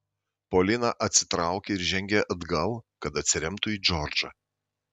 polina atsitraukė ir žengė atgal kad atsiremtų į džordžą